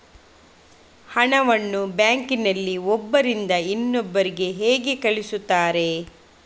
ಹಣವನ್ನು ಬ್ಯಾಂಕ್ ನಲ್ಲಿ ಒಬ್ಬರಿಂದ ಇನ್ನೊಬ್ಬರಿಗೆ ಹೇಗೆ ಕಳುಹಿಸುತ್ತಾರೆ?